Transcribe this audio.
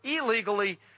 illegally